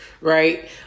right